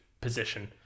position